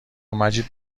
مجید